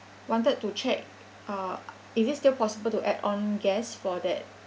wanted to check uh is it still possible to add on guest for that